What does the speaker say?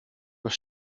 was